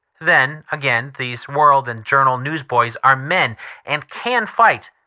then, again, these world and journal newsboys are men and can fight,